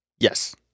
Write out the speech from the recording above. Yes